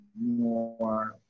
more